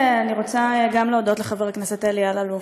גם אני רוצה להודות לחבר הכנסת אלי אלאלוף,